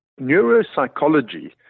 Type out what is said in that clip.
Neuropsychology